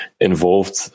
involved